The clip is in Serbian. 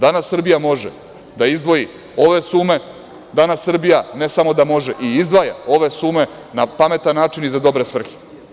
Danas Srbija može da izdvoji ove sume, danas Srbija ne samo da može, i izdvaja ove sume, na pametan način i za dobre svrhe.